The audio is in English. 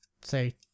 say